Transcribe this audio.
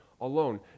Alone